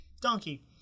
donkey